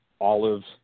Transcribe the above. Olives